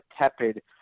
tepid